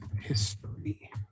history